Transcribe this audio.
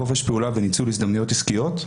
חופש פעולה וניצול הזדמנויות עסקיות.